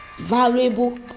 valuable